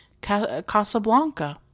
Casablanca